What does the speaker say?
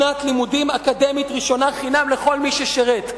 שנת לימודים אקדמית ראשונה חינם לכל מי ששירת.